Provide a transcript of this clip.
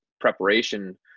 preparation